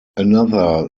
another